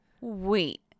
Wait